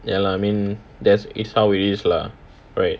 ya lah I mean that's it's how it is lah right